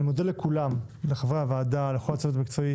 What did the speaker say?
אני מודה לכולם, לחברי הוועדה, לכל הצוות המקצועי